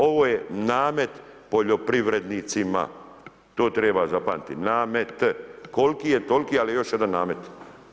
Ovo je namet poljoprivrednicima, to treba zapamtiti, namet, koliki je toli, ali je još jedan namet.